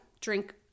drink